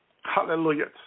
Hallelujah